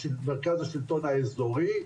מרכז השלטון האזורי,